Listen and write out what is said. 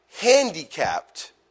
handicapped